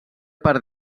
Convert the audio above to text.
per